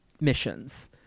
missions